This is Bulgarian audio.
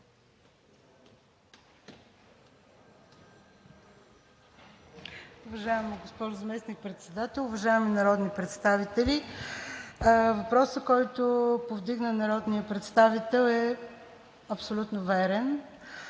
Уважаема госпожо Заместник-председател, уважаеми народни представители! Въпросът, който повдигна народният представител, е абсолютно верен.